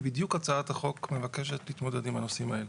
ובדיוק הצעת החוק מבקשת להתמודד עם הנושאים האלה.